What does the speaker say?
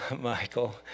Michael